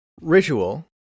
ritual